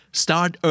start